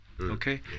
Okay